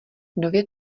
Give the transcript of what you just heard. nově